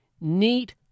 Neat